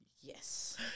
Yes